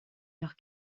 leurs